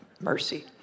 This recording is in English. mercy